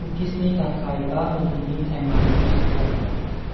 कुकिसनि थाखाय बा मिनिटनि टाइमारखौ सेट खालाम